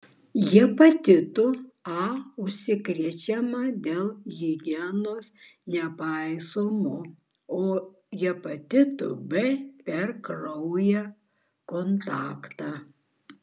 hepatitu a užsikrečiama dėl higienos nepaisymo o hepatitu b per kraujo kontaktą